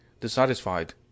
dissatisfied